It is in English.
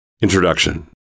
Introduction